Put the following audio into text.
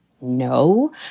no